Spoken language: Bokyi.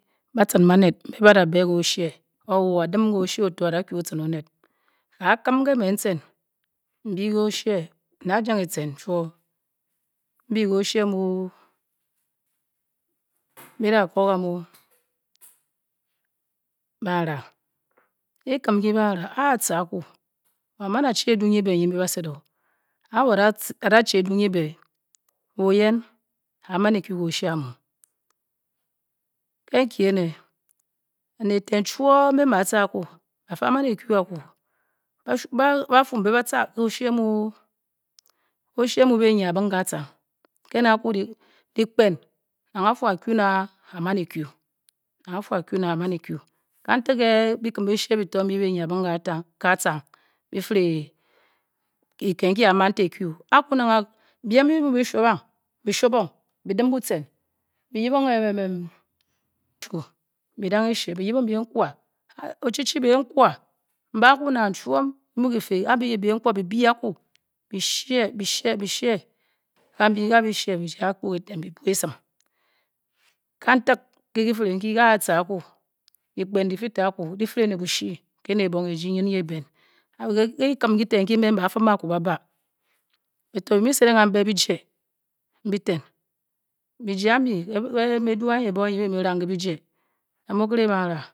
Baton ba'nel embe ba la bel le oshie wor odem le oshie otur ola ku aton onel ga kem inte me inten le go shie nla gen nten chrou mbu le oshie mu mara ke kem noke mara a ba. ter anth oh mana dii adu ebe nye ba selur cowor or la chi edu ebe wor yen oh mani out ve oshie amu ke inke ene ba nel eteh chur hubo mba tar aku ba ra mani ku aku bashu bafu. embe ba tar bur oshe mu be yer abung kah ker enage aku lepkan ofu akuna amani ku kan ten bakem beshie ebetor ebe bage ye at abong le atir be flee kehel wike ba mantir eku afu na hem unbe. be suabong be dem boten beyepung emmemem be dung eh she be yepung ken tawar ochichi pe kue embaki na cham kapi nke kefe be share be sha're are be share be jar be tung apkorga tar be bu. asem be flee le plan la pe tor ne le fle be boshi bafim atu ba ba bater be meseleng cambe be je ter be jar ambe adu anye enga ba may lang le bejure